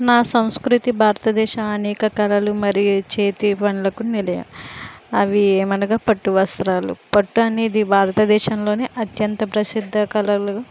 నా సంస్కృతి భారతదేశము అనేక కళలు మరియు చేతి పనులకు నిలయం అవి ఏమనగా పట్టు వస్త్రాలు పట్టు అనేది భారతదేశంలోనే అత్యంత ప్రసిద్ద కలలు